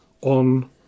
on